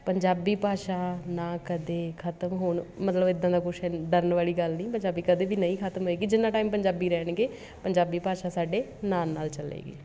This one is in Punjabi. ਪੰਜਾਬੀ ਭਾਸ਼ਾ ਨਾ ਕਦੇ ਖਤਮ ਹੋਣ ਮਤਲਬ ਐਦਾਂ ਦਾ ਕੁਛ ਹੈ ਨੀ ਡਰਨ ਵਾਲੀ ਗੱਲ ਨਹੀਂ ਪੰਜਾਬੀ ਕਦੇ ਵੀ ਨਹੀਂ ਖਤਮ ਹੋਏਗੀ ਜਿੰਨਾ ਟਾਈਮ ਪੰਜਾਬੀ ਰਹਿਣਗੇ ਪੰਜਾਬੀ ਭਾਸ਼ਾ ਸਾਡੇ ਨਾਲ ਨਾਲ ਚੱਲੇਗੀ